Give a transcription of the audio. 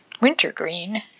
Wintergreen